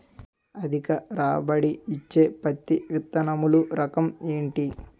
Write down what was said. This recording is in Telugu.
అధిక రాబడి ఇచ్చే పత్తి విత్తనములు రకం ఏంటి?